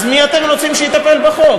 אז מי אתם רוצים שיטפל בחוק?